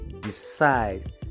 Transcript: decide